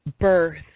birth